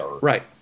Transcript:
right